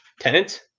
Tenant